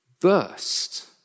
burst